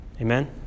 Amen